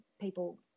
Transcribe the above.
people